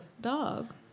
Dog